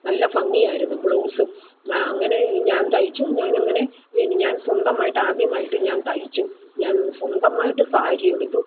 നല്ല ഭംഗിയായിരുന്നു ബ്ലൗസും അങ്ങനെ ഞാൻ തയ്ച്ചു ഞാനങ്ങനെ ഇനി ഞാൻ സ്വന്തമായിട്ട് ആദ്യമായിട്ട് ഞാൻ തയ്ച്ചു ഞാൻ സ്വന്തമായിട്ട് സാരി എടുത്തു